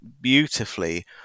beautifully